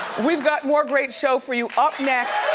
we've got more great show for you up next.